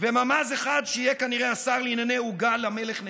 וממ"ז אחד שיהיה כנראה השר לענייני עוגה למלך נתניהו,